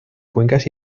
cuencas